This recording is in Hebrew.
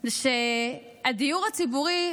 זה שהדיור הציבורי,